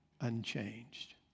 unchanged